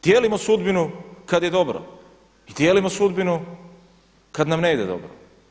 Dijelimo sudbinu kad je dobro i dijelimo sudbinu kad nam ne ide dobro.